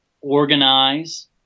organize